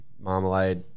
Marmalade